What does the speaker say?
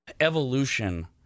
evolution